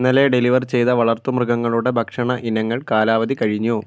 ഇന്നലെ ഡെലിവർ ചെയ്ത വളർത്തുമൃഗങ്ങളുടെ ഭക്ഷണ ഇനങ്ങൾ കാലാവധി കഴിഞ്ഞു